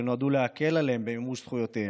שנועדו להקל עליהם במימוש זכויותיהם,